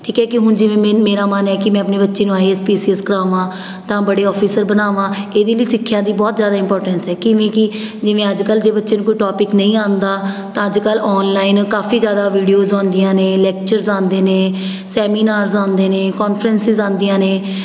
ਠੀਕ ਹੈ ਕਿ ਹੁਣ ਜਿਵੇਂ ਮੇਰਾ ਮਨ ਹੈ ਕਿ ਮੈਂ ਆਪਣੇ ਬੱਚੇ ਨੂੰ I S P C S ਕਰਾਵਾਂ ਤਾਂ ਬੜੇ ਔਫਿਸਰ ਬਣਾਵਾਂ ਇਹਦੇ ਲਈ ਸਿੱਖਿਆ ਦੀ ਬਹੁਤ ਜ਼ਿਆਦਾ ਇਮਪੋਰਟੈਂਸ ਹੈ ਕਿਵੇਂ ਕਿ ਜਿਵੇਂ ਅੱਜ ਕੱਲ੍ਹ ਜੇ ਬੱਚੇ ਨੂੰ ਕੋਈ ਟੋਪਿਕ ਨਹੀਂ ਆਉਂਦਾ ਤਾਂ ਅੱਜ ਕੱਲ੍ਹ ਔਨਲਾਈਨ ਕਾਫ਼ੀ ਜ਼ਿਆਦਾ ਵੀਡੀਓਸਜ਼ ਆਉਂਦੀਆਂ ਨੇ ਲੈਕਚਰਸ ਆਉਂਦੇ ਨੇ ਸੈਮੀਨਾਰਸ ਆਉਂਦੇ ਨੇ ਕੋਨਫਰੈਂਸਿਸ ਆਉਂਦੀਆਂ ਨੇ